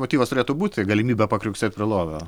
motyvas turėtų būti galimybė kriuksėt prie lovio